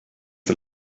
der